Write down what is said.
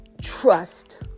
trust